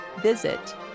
Visit